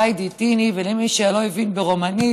ולמי שלא הבין ברומנית,